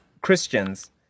Christians